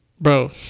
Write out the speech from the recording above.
Bro